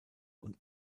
und